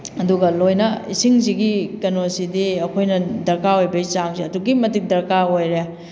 ꯑꯗꯨꯒ ꯂꯣꯏꯅ ꯏꯁꯤꯡꯁꯤꯒꯤ ꯀꯩꯅꯣꯁꯤꯗꯤ ꯑꯩꯈꯣꯏꯅ ꯗꯔꯀꯥꯔ ꯑꯣꯏꯕꯩ ꯆꯥꯡꯁꯦ ꯑꯗꯨꯛꯀꯤ ꯃꯇꯤꯛ ꯗꯔꯀꯥꯔ ꯑꯣꯏꯔꯦ